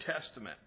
Testament